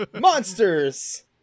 Monsters